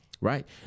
right